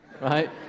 right